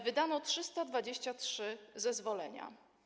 Wydano 323 zezwolenia.